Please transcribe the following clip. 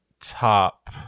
top